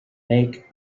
make